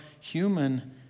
human